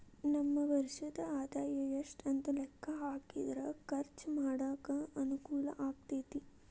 ನಮ್ಮ ವಾರ್ಷಿಕ ಆದಾಯ ಎಷ್ಟು ಅಂತ ಲೆಕ್ಕಾ ಹಾಕಿದ್ರ ಖರ್ಚು ಮಾಡಾಕ ಅನುಕೂಲ ಆಗತೈತಿ